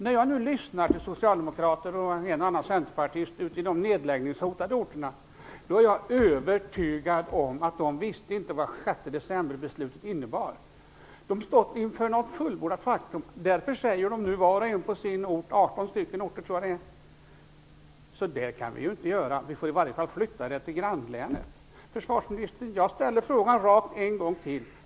När jag nu lyssnar till socialdemokrater och en och annan centerpartist ute på de nedläggningshotade orterna blir jag övertygad om att de inte visste vad 6 december-beslutet innebar. De står inför fullbordat faktum. Därför säger de nu var och en på sin ort - 18 orter tror jag att det är - följande: Så där kan vi inte göra. Vi får i alla fall flytta det till grannlänet! Jag ställer frågan rakt ut en gång till.